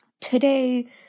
Today